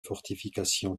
fortifications